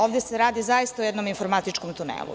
Ovde se radi zaista o jednom informatičkom tunelu.